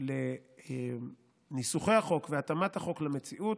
נגיע לניסוחי החוק והתאמת החוק למציאות,